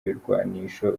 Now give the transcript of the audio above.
ibirwanisho